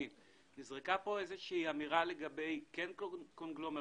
נזרקה פה איזו שהיא אמירה לגבי כן קונגלומרטור,